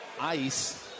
ice